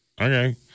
okay